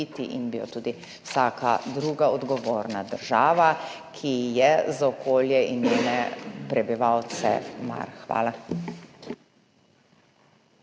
in bi jo tudi vsaka druga odgovorna država, ki ji je za okolje in njene prebivalce mar. Hvala.